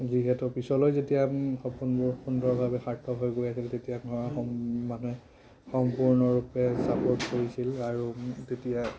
যিহেতু পিছলৈ যেতিয়া সপোনবোৰ সুন্দৰভাৱে সাৰ্থক হৈ গৈ আছিল তেতিয়া ঘৰৰ মানুহে সম্পূৰ্ণৰূপে চাপৰ্ট কৰিছিল আৰু মোক তেতিয়া